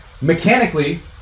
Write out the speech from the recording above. mechanically